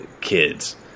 kids